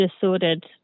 disordered